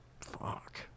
Fuck